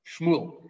Shmuel